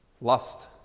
Lust